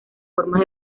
formas